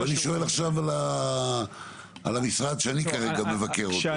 אני שואל עכשיו על המשרד שאני כרגע מבקר בו.